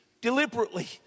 deliberately